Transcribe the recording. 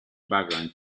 vagrant